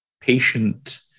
patient